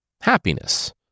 Happiness